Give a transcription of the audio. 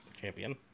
Champion